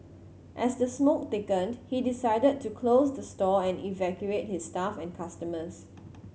as the smoke thickened he decided to close the store and evacuate his staff and customers